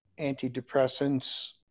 antidepressants